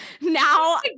now